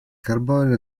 carbonio